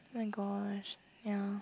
oh my gosh ya